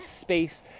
space